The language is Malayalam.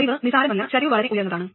ചരിവ് നിസാരമല്ല ചരിവ് വളരെ ഉയർന്നതാണ്